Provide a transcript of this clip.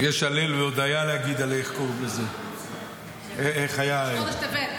יש הלל והודיה להגיד על --- חודש טבת.